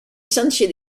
sanche